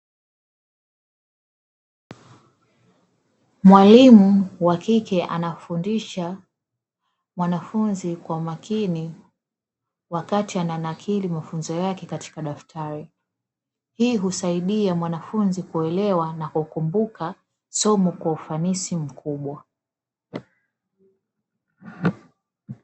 Mwalimu wakike anamfundisha mwanafunzi kwa makini wakati ananakili mafunzo yake katika daftari; hii husaidia mwanafuzi kuelewa na kukumbuka somo kwa ufanisi mkubwa.